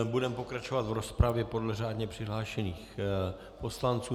Budeme pokračovat v rozpravě podle řádně přihlášených poslanců.